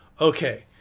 okay